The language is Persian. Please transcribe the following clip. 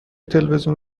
تلویزیون